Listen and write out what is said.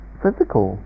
physical